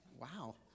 wow